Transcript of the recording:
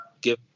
give